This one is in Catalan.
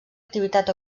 activitat